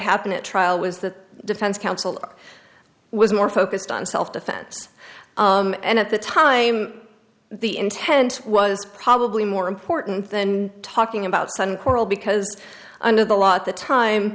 happened at trial was that defense counsel was more focused on self defense and at the time the intent was probably more important than talking about sudden quarrel because under the law at the time